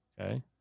Okay